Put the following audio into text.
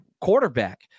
quarterback